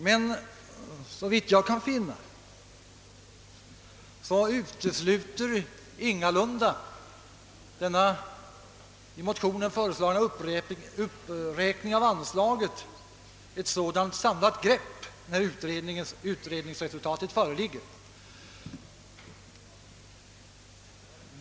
Men såvitt jag kan finna utesluter ingalunda denna motion och den föreslagna uppräkningen av anslaget ett sådant samlat grepp när utredningsresultatet föreligger.